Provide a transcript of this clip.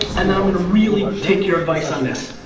and then i'm going to really take your advice on this.